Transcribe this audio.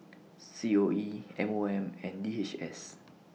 C O E M O M and D H S